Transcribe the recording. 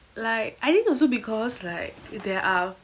like I think also because like there are